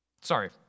sorry